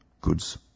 goods